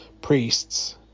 Priests